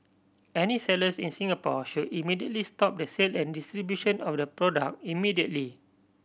any sellers in Singapore should immediately stop the sale and distribution of the product immediately